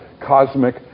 Cosmic